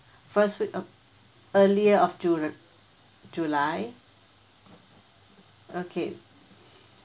first week of earlier of june ah july okay